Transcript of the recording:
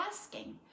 asking